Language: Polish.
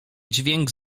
dźwięk